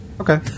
Okay